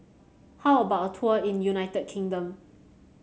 how about a tour in United Kingdom